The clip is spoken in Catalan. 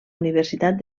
universitat